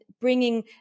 bringing